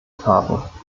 fahrten